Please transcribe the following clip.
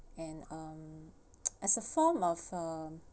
and um as a form of uh